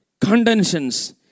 contentions